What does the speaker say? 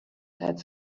said